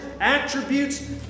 attributes